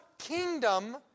kingdom